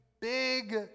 big